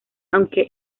aunque